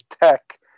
Tech